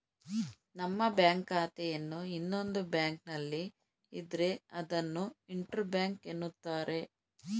ನಮ್ಮ ಬ್ಯಾಂಕ್ ಖಾತೆಯನ್ನು ಇನ್ನೊಂದು ಬ್ಯಾಂಕ್ನಲ್ಲಿ ಇದ್ರೆ ಅದನ್ನು ಇಂಟರ್ ಬ್ಯಾಂಕ್ ಎನ್ನುತ್ತಾರೆ